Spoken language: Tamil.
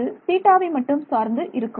இது θ வை மட்டும் சார்ந்து இருக்கும்